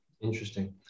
Interesting